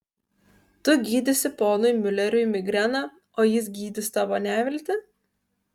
tu gydysi ponui miuleriui migreną o jis gydys tavo neviltį